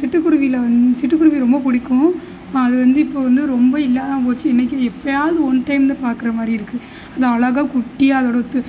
சிட்டுக்குருவியில் சிட்டுக்குருவி ரொம்ப பிடிக்கும் அது வந்து இப்போ வந்து ரொம்ப இல்லாமல் போச்சு என்னைக்கோன்னு எப்பையாவது ஒன் டையம் தான் பாக்கிற மாதிரி இருக்கு அது அழகாக குட்டியாக அதோடத்து